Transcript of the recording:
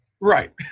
Right